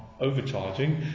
overcharging